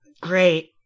Great